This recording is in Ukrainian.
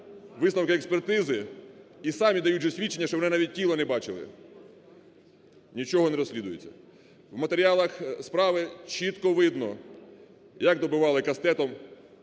висновки експертизи і самі дають же свідчення, що вони навіть тіла не бачили. Нічого не розслідується. У матеріалах справи чітко видно, як добивали кастетом.